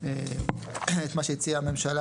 את מה שהציעה הממשלה